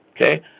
Okay